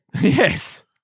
Yes